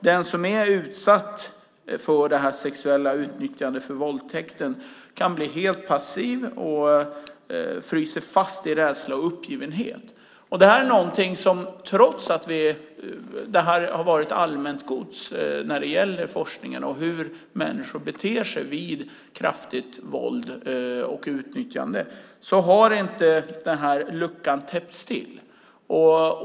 Den som är utsatt för sexuellt utnyttjande, våldtäkt, kan bli helt passiv och frysa fast i rädsla och uppgivenhet. Trots att denna kunskap om hur människor beter sig vid kraftigt våld och utnyttjande är allmängods har denna lucka inte täppts till.